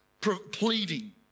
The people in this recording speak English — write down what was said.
pleading